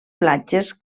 platges